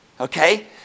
okay